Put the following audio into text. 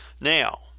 Now